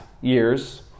years